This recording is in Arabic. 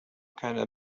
كان